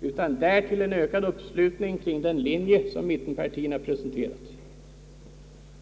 utan därtill en ökad uppslutning kring den linje som mittenpartierna presenterat.